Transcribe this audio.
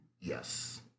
Yes